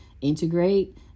integrate